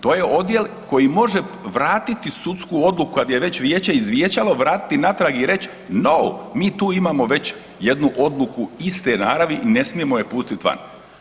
To je odjel koji može vratiti sudsku odluku kad je već vijeće izvijećalo, vratiti natrag i reći noun mi tu imamo već jednu odluku iste naravi i ne smijemo je pustiti van.